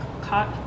cut